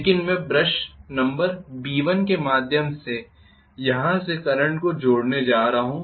लेकिन मैं brush number B1 के माध्यम से यहां से करंट को जोड़ने जा रहा हूं